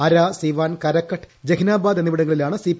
അര സിവാൻ കരകട്ട് ജഹ്നാബാദ് എന്നിവിടങ്ങളിലാണ് C P